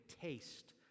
taste